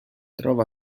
trova